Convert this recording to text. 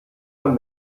von